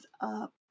up